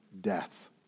death